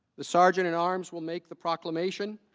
the sergeant in arms will make the proclamation.